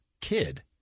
kid